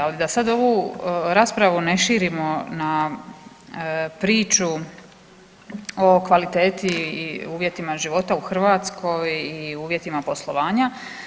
Ali da sad ovu raspravu ne širimo priču o kvaliteti i uvjetima života u Hrvatskoj i uvjetima poslovanja.